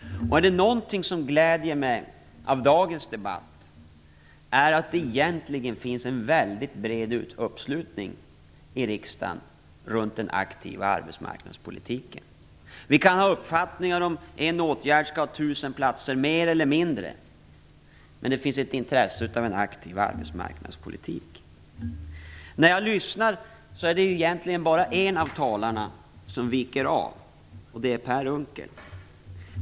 Är det någonting som gläder mig i dagens debatt är det att det egentligen finns en väldigt bred uppslutning i riksdagen runt den aktiva arbetsmarknadspolitiken. Vi kan ha uppfattningar om en åtgärd skall ha 1 000 platser mer eller mindre, men det finns ett intresse för en aktiv arbetsmarknadspolitik. När jag lyssnar märker jag att det egentligen bara är en av talarna som viker av. Det är Per Unckel.